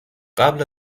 قبل